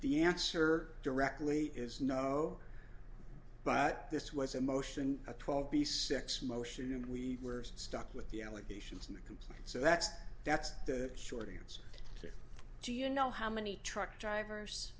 the answer directly is no but this was a motion a twelve b six motion and we were stuck with the allegations in the complaint so that's that's the short answer do you know how many truck drivers